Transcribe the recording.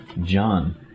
John